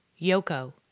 Yoko